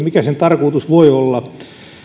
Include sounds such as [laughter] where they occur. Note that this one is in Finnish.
[unintelligible] mikä sen tarkoitus voi olla